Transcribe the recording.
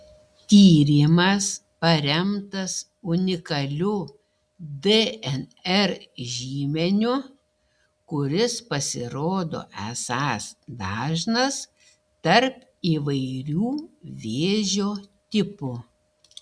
tyrimas paremtas unikaliu dnr žymeniu kuris pasirodo esąs dažnas tarp įvairių vėžio tipų